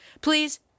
Please